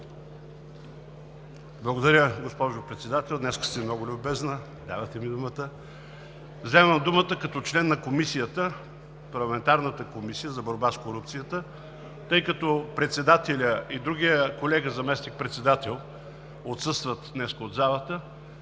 Благодаря, госпожо Председател, днес сте много любезна – дадохте ми думата. Вземам думата като член на парламентарната Комисия за борба с корупцията, тъй като председателят и другият колега – заместник-председател, отсъстват днес от залата.